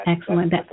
excellent